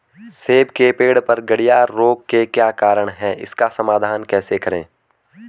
सेब के पेड़ पर गढ़िया रोग के क्या कारण हैं इसका समाधान कैसे करें?